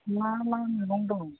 मा मा मैगं दं